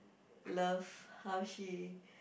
love how she